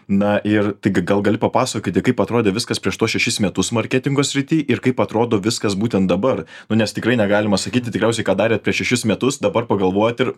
na ir tai gal gali papasakoti kaip atrodė viskas prieš tuos šešis metus marketingo srity ir kaip atrodo viskas būtent dabar nu nes tikrai negalima sakyti tikriausiai ką darėt prieš šešis metus dabar pagalvojat ir